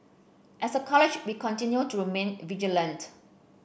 as a college we continue to remain vigilant